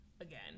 again